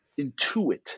intuit